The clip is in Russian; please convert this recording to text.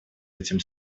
этим